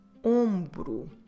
ombro